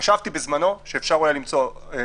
חשבתי בזמנו שאפשר אולי אחרת.